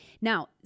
Now